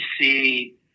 see